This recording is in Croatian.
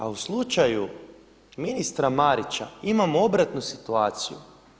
A u slučaju ministra Marića imamo obratnu situaciju.